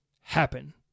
happen